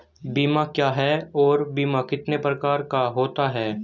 बीमा क्या है और बीमा कितने प्रकार का होता है?